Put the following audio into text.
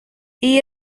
iyi